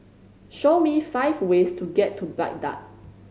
show me five ways to get to Baghdad